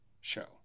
show